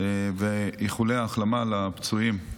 ואיחולי החלמה לפצועים.